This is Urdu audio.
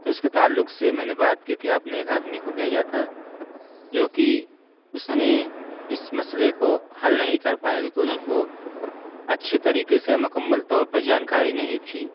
تو اس کے تعلق سے میں نے بات کی تھی آپ نے ایک آدمی کو بھیجا تھا جوکہ اس نے اس مسئلے کو حل نہیں کر پایا کیوںکہ اس کو اچھی طریقے سے مکمل طور پر جانکاری نہیں تھی